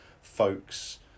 folks